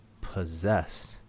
possessed